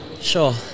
Sure